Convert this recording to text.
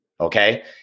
okay